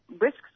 risks